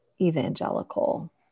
evangelical